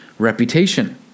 reputation